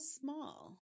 small